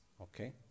Okay